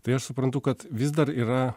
tai aš suprantu kad vis dar yra